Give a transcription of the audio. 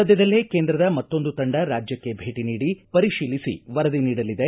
ಸದ್ಯದಲ್ಲೇ ಕೇಂದ್ರದ ಮತ್ತೊಂದು ತಂಡ ರಾಜ್ಯಕ್ಷೆ ಭೇಟಿ ನೀಡಿ ಪರಿತೀಲಿಸಿ ವರದಿ ನೀಡಲಿದೆ